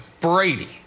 Brady